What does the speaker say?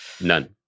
None